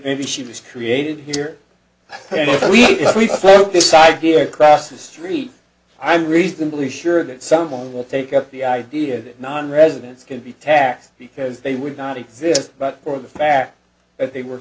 maybe she was created here this idea across the street i'm reasonably sure that someone will take up the idea that nonresidents can be taxed because they would not exist but for the fact that they were